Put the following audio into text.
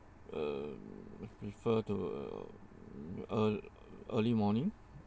uh prefer to uh ear~ early morning